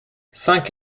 cinq